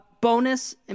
bonus